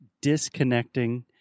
disconnecting